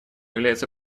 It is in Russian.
является